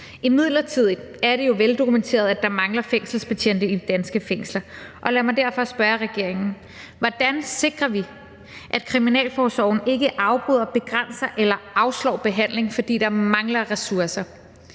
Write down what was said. Imidlertid er det jo veldokumenteret, at der mangler fængselsbetjente i de danske fængsler, og lad mig derfor spørge regeringen: Hvordan sikrer vi, at kriminalforsorgen ikke afbryder, begrænser eller afslår behandling, fordi der mangler ressourcer?